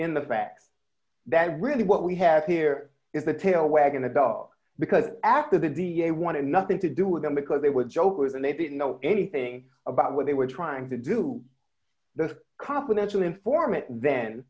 in the facts that really what we have here is the tail wagging the dog because after the d a wanted nothing to do with him because they were jokers and they didn't know anything about what they were trying to do the confidential informant then